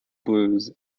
blues